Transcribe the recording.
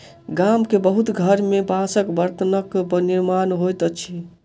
गाम के बहुत घर में बांसक बर्तनक निर्माण होइत अछि